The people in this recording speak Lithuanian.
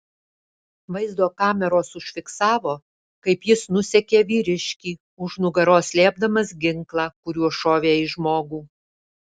vaizdo kameros užfiksavo kaip jis nusekė vyriškį už nugaros slėpdamas ginklą kuriuo šovė į žmogų